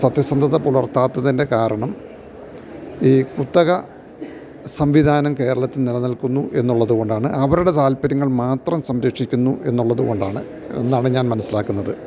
സത്യസന്ധത പുലർത്താത്തതിൻ്റെ കാരണം ഈ കുത്തക സംവിധാനം കേരളത്തിൽ നിലനിൽക്കുന്നു എന്നുള്ളതുകൊണ്ടാണ് അവരുടെ താല്പര്യങ്ങൾ മാത്രം സംരക്ഷിക്കുന്നു എന്നുള്ളതുകൊണ്ടാണ് എന്നാണു ഞാൻ മനസ്സിലാക്കുന്നത്